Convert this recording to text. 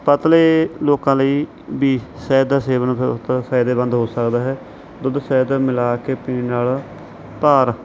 ਪਤਲੇ ਲੋਕਾਂ ਲਈ ਵੀ ਸ਼ਹਿਦ ਦਾ ਸੇਵਨ ਫਾਇਦੇਮੰਦ ਹੋ ਸਕਦਾ ਹੈ ਦੁੱਧ ਸ਼ਹਿਦ ਮਿਲਾ ਕੇ ਪੀਣ ਨਾਲ ਭਾਰ